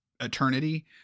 eternity